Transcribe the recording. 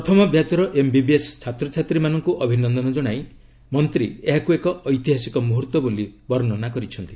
ପ୍ରଥମ ବ୍ୟାଚ୍ର ଏମ୍ବିବିଏସ୍ ଛାତ୍ରଛାତ୍ରୀମାନଙ୍କୁ ଅଭିନନ୍ଦନ କଣାଇ ମନ୍ତ୍ରୀ ଏହାକୁ ଏକ ଐତିହାସିକ ମୁହୂର୍ତ୍ତ ବୋଲି ବର୍ଣ୍ଣନା କରିଛନ୍ତି